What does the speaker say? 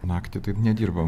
naktį taip nedirbam